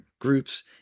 groups